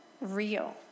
real